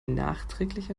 nachträglich